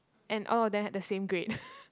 and all of them had the same grade